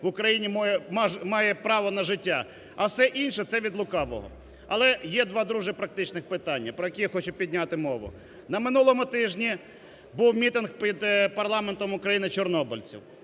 в Україні має право на життя, а все інше – це від лукавого. Але є два дуже практичних питання, про які я хочу підняти мову. На минулому тижні був мітинг під парламентом України чорнобильців.